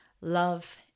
love